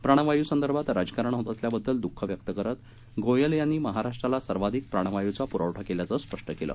प्राणवायूसंदर्भात राजकारण होत असल्याबद्दल दुःख व्यक्त करत गोयल यांनी महाराष्ट्राला सर्वाधिक प्राणवायूचा पुरवठा केल्याचं स्पष्ट केलं